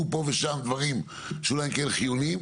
פה ושם דברים שאולי הם כן חיוניים?